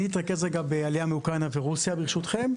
אני אתרכז בעלייה מרוסיה ואוקראינה,